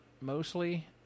mostly